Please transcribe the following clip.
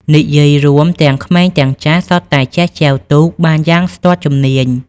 និយាយរួម ទាំងក្មេងទាំងចាស់សុទ្ធតែចេះចែវទូកបានយ៉ាងស្ទាត់ជំនាញ។